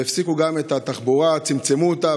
והפסיקו גם את התחבורה, צמצמו אותה.